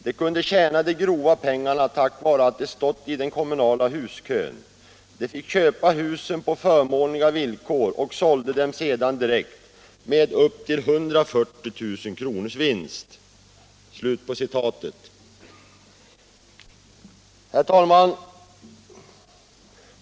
De kunde tjäna sig grova pengarna tack vare att de stått i den kommunala huskön. De fick köpa husen på förmånliga villkor och sålde dem sedan direkt — med upp till 140 000 kronors vinst.” Herr talman!